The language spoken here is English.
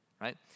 right